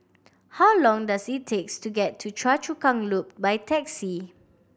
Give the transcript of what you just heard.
how long does it takes to get to Choa Chu Kang Loop by taxi